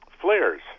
flares